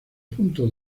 punto